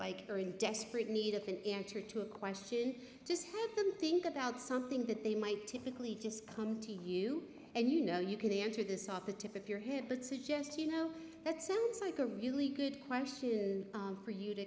like they're in desperate need of an answer to a question just let them think about something that they might typically just come to you and you know you can answer this off the tip of your head but suggest you know that sounds like a really good question for you to